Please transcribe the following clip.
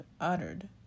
uttered